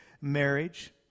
marriage